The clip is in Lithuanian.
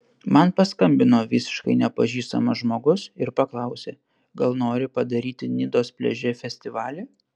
man paskambino visiškai nepažįstamas žmogus ir paklausė gal nori padaryti nidos pliaže festivalį